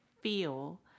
feel